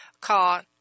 called